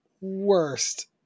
worst